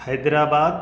Hyderabad